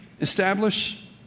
establish